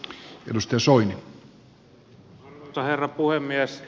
arvoisa herra puhemies